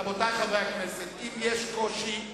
רבותי חברי הכנסת, אם יש קושי,